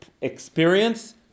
experience